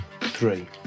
three